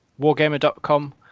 wargamer.com